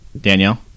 Danielle